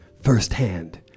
firsthand